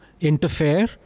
interfere